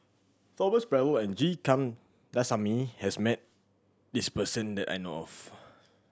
Thomas Braddell and G Kandasamy has met this person that I know of